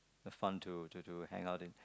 the fun to to to hang out in